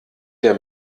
der